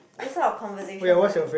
this kind of conversation like